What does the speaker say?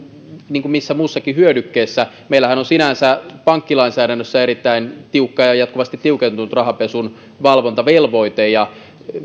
kuin missä tahansa muussakin hyödykkeessä meillähän on sinänsä pankkilainsäädännössä erittäin tiukka ja jatkuvasti tiukentunut rahanpesun valvontavelvoite ja